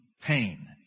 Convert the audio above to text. pain